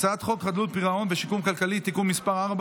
הצעת חוק חדלות פירעון ושיקום כלכלי (תיקון מס' 4,